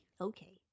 Okay